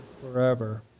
forever